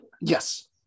yes